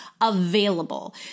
available